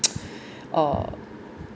uh